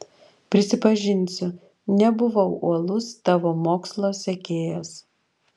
prisipažinsiu nebuvau uolus tavo mokslo sekėjas